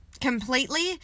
completely